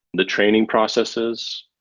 the training processes,